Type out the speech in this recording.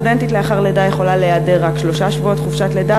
סטודנטית לאחר לידה יכולה להיעדר רק שלושה שבועות לחופשת לידה,